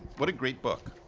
what a great book.